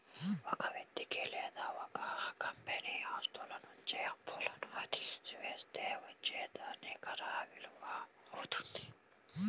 ఒక వ్యక్తి లేదా ఒక కంపెనీ ఆస్తుల నుంచి అప్పులను తీసివేస్తే వచ్చేదే నికర విలువ అవుతుంది